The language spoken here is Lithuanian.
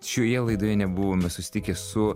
šioje laidoje nebuvome susitikę su